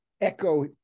echo